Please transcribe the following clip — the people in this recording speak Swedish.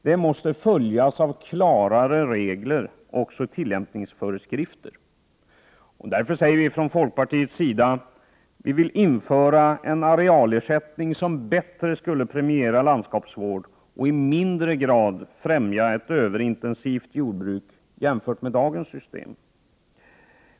Det måste följas av klarare regler och tillämpningsföreskrifter. Därför säger vi från folkpartiets sida att vi vill införa en arealersättning som bättre skulle premiera landskapsvård och i mindre grad främja ett överintensivt jordbruk.